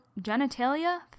genitalia